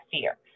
fear